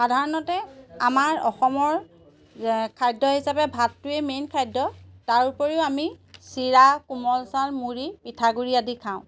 সাধাৰণতে আমাৰ অসমৰ খাদ্য হিচাপে ভাতটোৱেই মেইন খাদ্য তাৰ উপৰিও আমি চিৰা কোমল চাউল মুড়ি পিঠাগুড়ি আদি খাওঁ